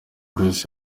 grace